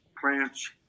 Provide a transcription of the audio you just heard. plants